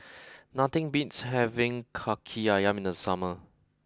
nothing beats having Kaki Ayam in the summer